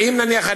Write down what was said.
נניח,